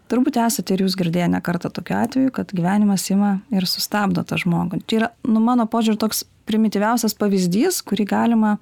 turbūt esat ir jūs girdėję ne kartą tokių atvejų kad gyvenimas ima ir sustabdo tą žmogų čia yra nu mano požiūriu toks primityviausias pavyzdys kurį galima